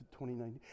2019